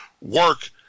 work